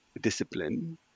discipline